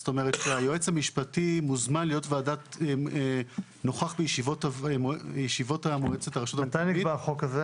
זאת אומרת: היועץ המשפטי מוזמן להיות נוכח בישיבות מועצת הרשות המקומית,